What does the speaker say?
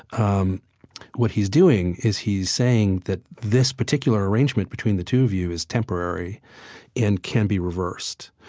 um what he's doing is he's saying that this particular arrangement between the two of you is temporary and can be reversed.